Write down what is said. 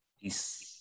Peace